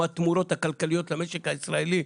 מה התמורות הכלכליות למשק הישראלי?